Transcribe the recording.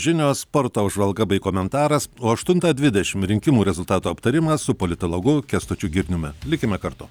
žinios sporto apžvalga bei komentaras o aštuntą dvidešim rinkimų rezultatų aptarimas su politologu kęstučiu girniumi likime kartu